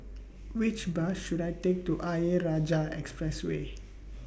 Which Bus should I Take to Ayer Rajah Expressway